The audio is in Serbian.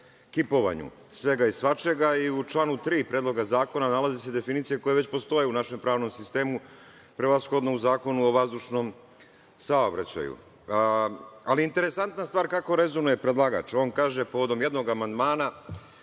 kipovanju svega i svačega i u članu 3. Predloga zakona nalaze se definicije koje već postoje u našem pravnom sistemu, prevashodno u Zakonu o vazdušnom saobraćaju. Ali, interesantna je stvar kako rezonuje predlagač. On kaže povodom jednog amandmana,